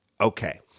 Okay